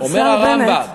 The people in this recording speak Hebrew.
אומר הרמב"ם: